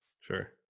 Sure